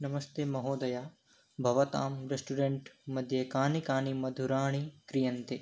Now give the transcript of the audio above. नमस्ते महोदय भवतां रेस्टोरेण्ट् मध्ये कानि कानि मधुराणि क्रियन्ते